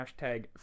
Hashtag